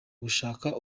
gushaka